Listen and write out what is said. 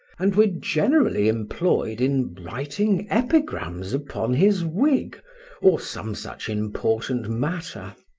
and were generally employed in writing epigrams upon his wig or some such important matter.